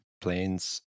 planes